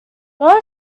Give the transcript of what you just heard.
nora